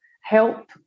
help